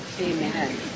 Amen